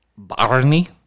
Barney